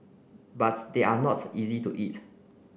but they are not easy to eat